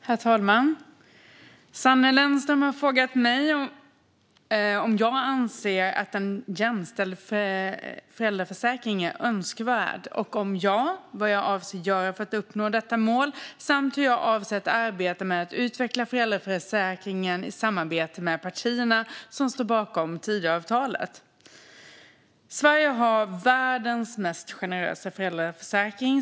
Herr talman! Sanne Lennström har frågat mig om jag anser att en jämställd föräldraförsäkring är önskvärd, och om ja, vad jag avser att göra för att uppnå detta mål samt hur jag avser att arbeta med att utveckla föräldraförsäkringen i samarbete med partierna som står bakom Tidöavtalet. Sverige har världens mest generösa föräldraförsäkring.